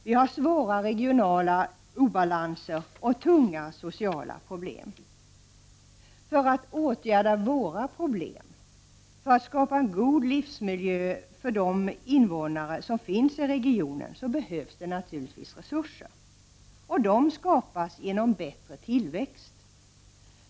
Vi har svåra regionala obalanser och tunga sociala problem. För att åtgärda våra problem, för att skapa en god livsmiljö för regionens invånare behövs naturligtvis resurser. Dessa skapas genom bättre tillväxt.